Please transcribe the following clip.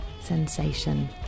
sensation